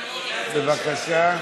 בבקשה.